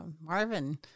Marvin